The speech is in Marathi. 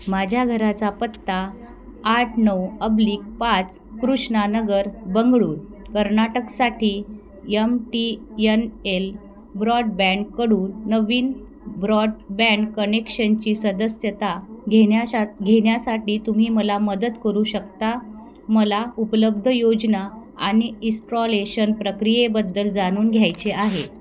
माझ्या घराचा पत्ता आठ नऊ अब्लिक पाच कृष्णा नगर बंगळुरू कर्नाटकसाठी यम टी यन एल ब्रॉडबँडकडून नवीन ब्रॉडबँड कनेक्शनची सदस्यता घेण्याशा घेण्यासाठी तुम्ही मला मदत करू शकता मला उपलब्ध योजना आणि इस्ट्रॉलेशन प्रक्रियेबद्दल जाणून घ्यायचे आहे